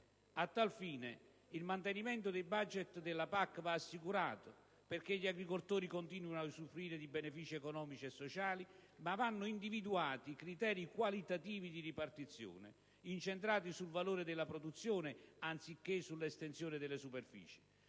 A tal fine, il mantenimento dei *budget* della PAC va assicurato, perché gli agricoltori continuino a usufruire di benefici economici e sociali, ma vanno individuati criteri qualitativi di ripartizione, incentrati sul valore della produzione, anziché sull'estensione delle superfici.